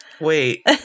wait